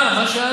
מה, מה שאלת?